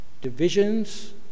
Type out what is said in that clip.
Divisions